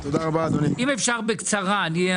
אם אפשר בקצרה.